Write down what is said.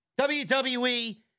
WWE